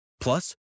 Plus